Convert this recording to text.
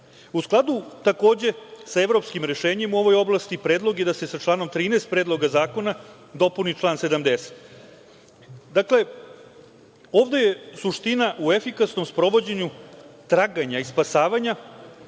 skladu, sa evropskim rešenjem u ovoj oblasti, predlog je da se sa članom 13. predloga zakona dopuni član 70. Ovde je suština u efikasnom sprovođenju traganja i spasavanja